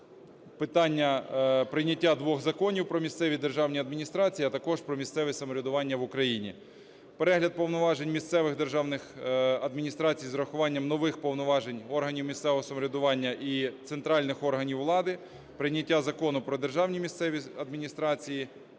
питання прийняття двох законів про місцеві державні адміністрації, а також про місцеве самоврядування в Україні. Перегляд повноважень місцевих державних адміністрацій з урахуванням нових повноважень органів місцевого самоврядування і центральних органів влади, прийняття Закону про державні місцеві адміністрації,